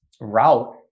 route